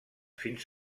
fins